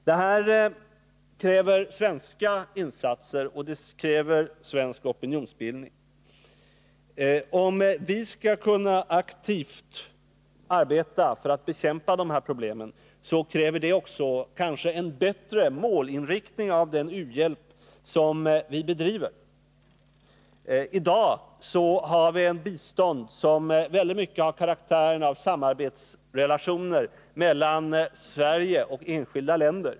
Det här kräver svenska insatser och svensk opinionsbildning. Om vi aktivt skall kunna arbeta för att bekämpa de här problemen, så krävs det kanske också en bättre målinriktning när det gäller vår u-hjälp. I dag har vi ett bistånd som väldigt mycket har karaktären av samarbetsrelationer mellan Sverige och enskilda länder.